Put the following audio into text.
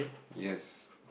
yes